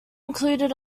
included